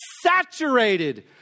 saturated